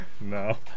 No